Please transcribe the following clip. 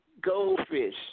Goldfish